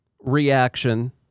reaction